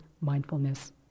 mindfulness